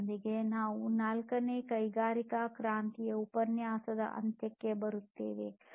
ಇದರೊಂದಿಗೆ ನಾವು ನಾಲ್ಕನೇ ಕೈಗಾರಿಕಾ ಕ್ರಾಂತಿಯ ಉಪನ್ಯಾಸದ ಅಂತ್ಯಕ್ಕೆ ಬರುತ್ತೇವೆ